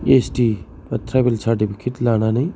S T tribal certificate लानानै